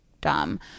dumb